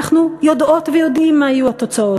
אנחנו יודעות ויודעים מה יהיו התוצאות.